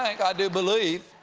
like ah do believe.